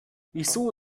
wieso